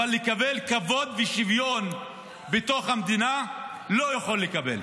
אבל לקבל כבוד ושוויון בתוך המדינה לא יכולים לקבל.